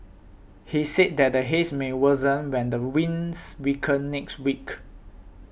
he said that the Haze may worsen when the winds weaken next week